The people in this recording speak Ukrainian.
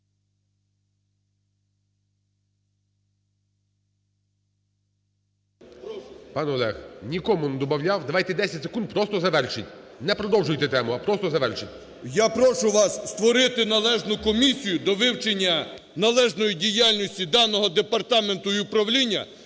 Пане Олег, нікому не добавляв. Давайте 10 секунд, просто завершіть, не продовжуйте тему, а просто завершіть. БАРНА О.С. Я прошу вас створити належну комісію до вивчення належної діяльності даного департаменту і управління,